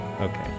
Okay